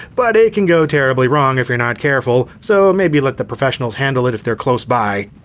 but it can go terribly wrong if you're not careful, so maybe let the professionals handle it if they're close by.